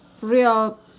real